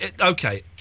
okay